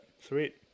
Sweet